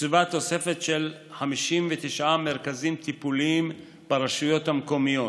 תוקצבה תוספת של 59 מרכזים טיפוליים ברשויות המקומיות,